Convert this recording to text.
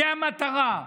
זו המטרה,